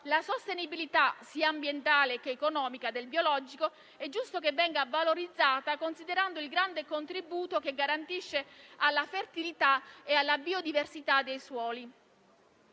la sostenibilità, sia ambientale che economica, del biologico, considerando il grande contributo che garantisce alla fertilità e alla biodiversità dei suoli.